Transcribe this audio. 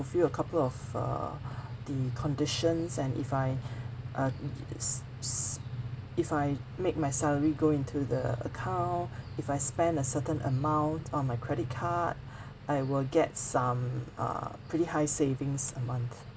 fulfil a couple of err the conditions and if I uh this s~ if I make my salary go into the account if I spend a certain amount on my credit card I will get some uh pretty high savings a month